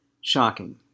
Shocking